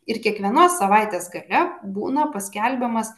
ir kiekvienos savaitės gale būna paskelbiamas